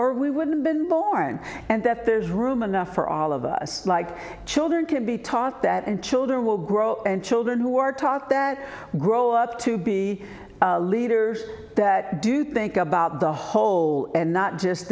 or we wouldn't been born and that there's room enough for all of us like children can be taught that and children will grow and children who were taught that grow up to be leaders that do think about the whole and not just